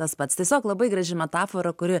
tas pats tiesiog labai graži metafora kuri